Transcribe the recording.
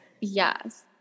yes